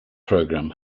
program